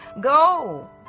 Go